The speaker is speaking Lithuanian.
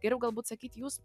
geriau galbūt sakyti jūs